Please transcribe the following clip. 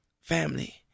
family